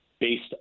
based